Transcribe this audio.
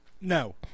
no